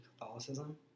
Catholicism